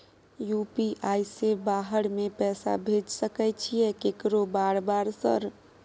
UPI से बाहर में पैसा भेज सकय छीयै केकरो बार बार सर?